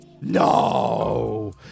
No